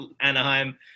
Anaheim